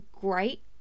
great